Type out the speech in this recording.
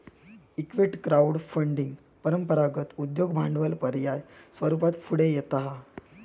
equity crowd funding परंपरागत उद्योग भांडवल पर्याय स्वरूपात पुढे येता हा